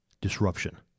Disruption